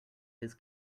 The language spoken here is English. his